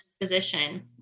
position